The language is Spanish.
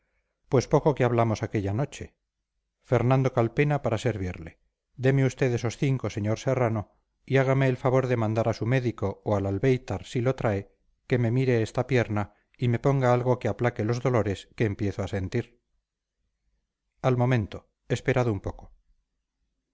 pues poco que hablamos aquella noche fernando calpena para servirle deme usted esos cinco sr serrano y hágame el favor de mandar a su médico o al albéitar si lo trae que me mire esta pierna y me ponga algo que aplaque los dolores que empiezo a sentir al momento esperad un poco